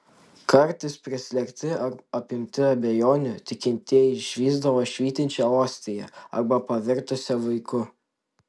kartais prislėgti ar apimti abejonių tikintieji išvysdavo švytinčią ostiją arba pavirtusią vaiku